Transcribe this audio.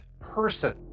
person